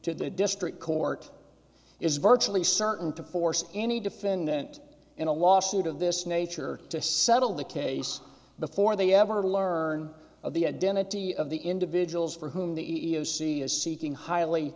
to the district court is virtually certain to force any defendant in a lawsuit of this nature to settle the case before they ever learn of the identity of the individuals for whom the e e o c is seeking highly